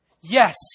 Yes